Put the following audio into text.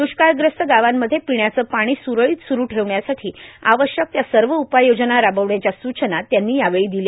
दुष्काळग्रस्त गावांमध्ये पिण्याचं पाणी स्रळीत स्रु ठेवण्यासाठी आवश्यक त्या सर्व उपाययोजना राबविण्याच्या सुचना त्यांनी यावेळी दिल्या